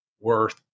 worth